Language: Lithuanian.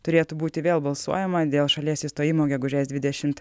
turėtų būti vėl balsuojama dėl šalies išstojimo gegužės dvidešimt